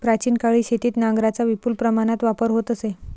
प्राचीन काळी शेतीत नांगरांचा विपुल प्रमाणात वापर होत असे